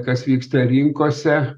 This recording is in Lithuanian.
kas vyksta rinkose